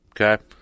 Okay